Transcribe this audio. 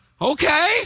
okay